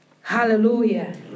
Hallelujah